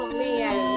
man